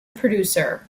producer